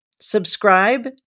subscribe